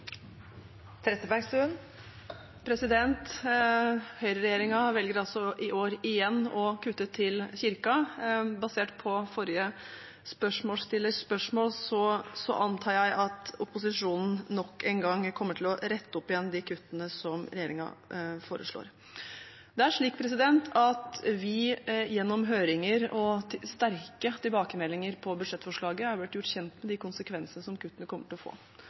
Trettebergstuen – til oppfølgingsspørsmål. Høyreregjeringen velger altså i år igjen å kutte til Kirken. Basert på forrige spørsmålsstillers spørsmål antar jeg at opposisjonen nok en gang kommer til å rette opp igjen de kuttene som regjeringen foreslår. Gjennom høringer og sterke tilbakemeldinger på budsjettforslaget er vi blitt gjort kjent med de konsekvensene som kuttene kommer til å få,